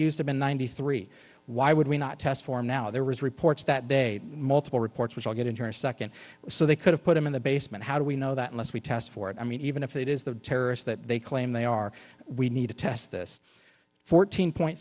used them in ninety three why would we not test for him now there was reports that day multiple reports which will get into our second so they could have put them in the basement how do we know that unless we test for it i mean even if it is the terrorists that they claim they are we need to test this fourteen point